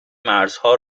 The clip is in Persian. مرزها